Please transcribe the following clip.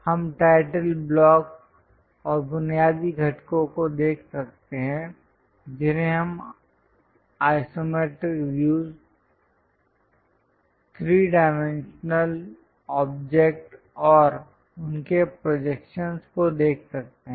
हम title block और बुनियादी घटकों को देख सकते हैं जिन्हें हम isometric views three dimensional object और उनके प्रोजेक्शंस को देख सकते हैं